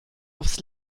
aufs